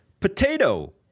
potato